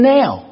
now